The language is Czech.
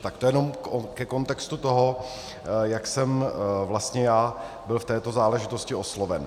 Tak to jenom ke kontextu toho, jak jsem vlastně já byl v této záležitosti osloven.